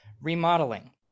remodeling